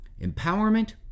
empowerment